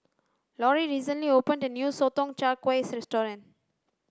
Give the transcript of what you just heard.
lorrie recently opened a new sotong char kway restaurant